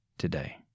today